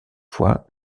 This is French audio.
fois